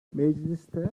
mecliste